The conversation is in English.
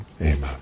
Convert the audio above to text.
Amen